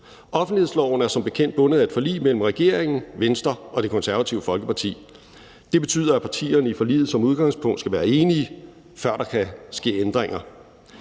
Offentlighedsloven er som bekendt bundet af et forlig mellem regeringen, Venstre og Det Konservative Folkeparti. Det betyder, at partierne i forliget som udgangspunkt skal være enige, før der kan ske ændringer.